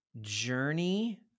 journey